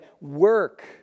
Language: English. work